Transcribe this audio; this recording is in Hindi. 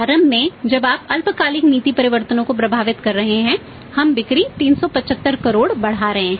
प्रारंभ में जब हम अल्पकालिक नीति परिवर्तनों को प्रभावित कर रहे हैं हम बिक्री 375 करोड़ बढ़ा रहे हैं